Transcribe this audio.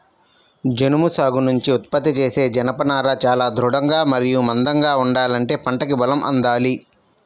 జనుము సాగు నుంచి ఉత్పత్తి చేసే జనపనార చాలా దృఢంగా మరియు మందంగా ఉండాలంటే పంటకి బలం అందాలి